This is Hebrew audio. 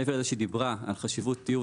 מעבר לזה שהיא דיברה על חשיבות טיוב